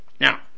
now